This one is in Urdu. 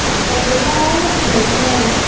کوئی لینے آئے گا کہ بھیجنا ہے